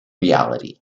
reality